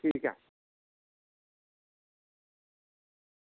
ठीक ऐ